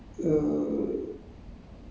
so the purpose is to